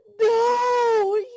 no